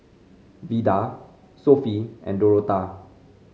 Vida Sophie and Dorotha